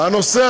אין הורה עדיף,